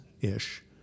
ish